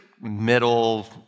middle